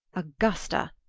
augusta,